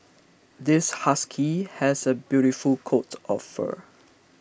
this husky has a beautiful coat of fur